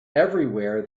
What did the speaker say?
everywhere